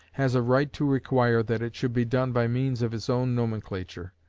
has a right to require that it should be done by means of his own nomenclature.